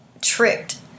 tricked